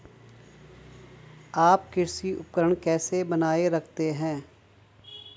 आप कृषि उपकरण कैसे बनाए रखते हैं?